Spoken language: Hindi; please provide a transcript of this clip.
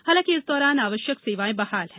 हालांकि इस दौरान आवश्यक सेवाएं बहाल हैं